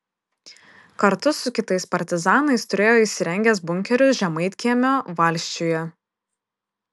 kartu su kitais partizanais turėjo įsirengęs bunkerius žemaitkiemio valsčiuje